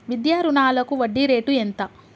విద్యా రుణాలకు వడ్డీ రేటు ఎంత?